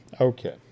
okay